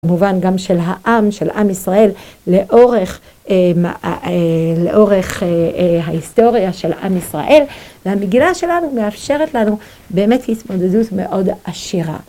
במובן גם של העם, של עם ישראל, לאורך לאורך ההיסטוריה של עם ישראל, והמגילה שלנו מאפשרת לנו באמת התמודדות מאוד עשירה.